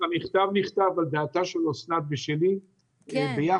המכתב נכתב על דעתה של אסנת ושלי ביחד.